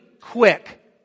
quick